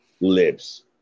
lives